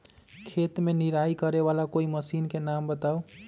खेत मे निराई करे वाला कोई मशीन के नाम बताऊ?